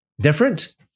different